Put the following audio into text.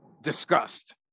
discussed